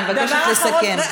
אני מבקשת לסכם.